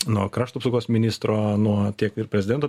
nuo krašto apsaugos ministro nuo tiek ir prezidento